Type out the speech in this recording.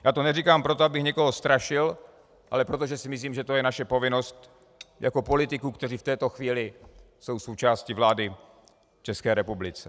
Já to neříkám proto, abych někoho strašil, ale proto, že si myslím, že to je naše povinnost jako politiků, kteří v této chvíli jsou součástí vlády v České republice.